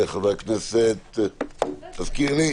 חבר הכנסת תזכיר לי?